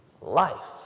life